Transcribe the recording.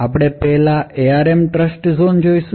આપણે પેહલા ARM trust zone જોઈશું